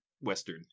Western